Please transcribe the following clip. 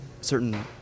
certain